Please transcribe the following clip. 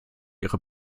ihre